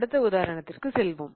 அடுத்த உதாரணத்திற்கு செல்வோம்